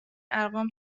ارقام